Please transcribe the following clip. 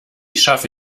schaffe